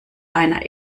einer